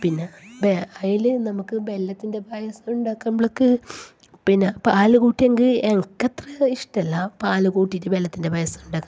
പിന്നെ വേറെ അതിൽ വെല്ലത്തിന്റെ പായസം ഉണ്ടാക്കുമ്പോഴേക്ക് പിന്നെ പാൽ കൂട്ടിയെങ്കിൽ എനിക്ക് അത്ര ഇഷ്ടമല്ല പാൽ കൂട്ടിയിട്ടു വെല്ലത്തിന്റെ പായസം ഉണ്ടാക്കുന്നത്